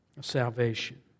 salvation